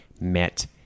met